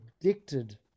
addicted